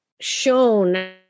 shown